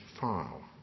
file